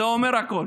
זה אומר הכול.